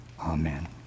Amen